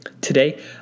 Today